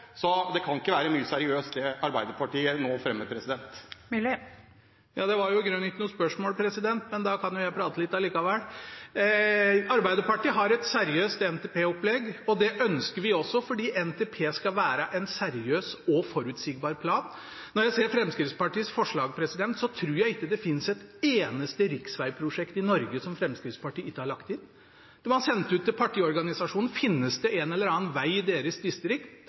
Det kan ikke være veldig seriøst det Arbeiderpartiet nå fremmer. Det var i grunnen ikke noe spørsmål her, men jeg kan prate litt likevel. Arbeiderpartiet har et seriøst NTP-opplegg, og det ønsker vi også, for NTP skal være en seriøs og forutsigbar plan. Når jeg ser Fremskrittspartiets forslag, tror jeg ikke det finnes et eneste riksvegprosjekt i Norge som Fremskrittspartiet ikke har lagt inn. De har sendt ut til partiorganisasjonen: Finnes det en eller annen veg i deres distrikt,